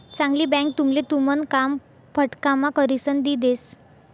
चांगली बँक तुमले तुमन काम फटकाम्हा करिसन दी देस